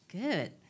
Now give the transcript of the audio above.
Good